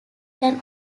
can